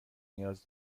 نیاز